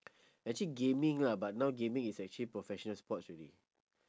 actually gaming lah but now gaming is actually professional sports already